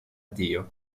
dio